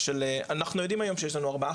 אנחנו יודעים היום שיש לנו ארבע,